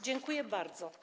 Dziękuję bardzo.